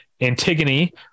Antigone